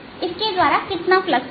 इसके द्वारा कितना फ्लक्स होगा